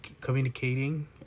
communicating